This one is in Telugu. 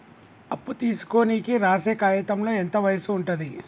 అప్పు తీసుకోనికి రాసే కాయితంలో ఎంత వయసు ఉంటది?